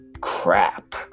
crap